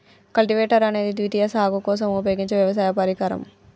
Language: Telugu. కల్టివేటర్ అనేది ద్వితీయ సాగు కోసం ఉపయోగించే వ్యవసాయ పరికరం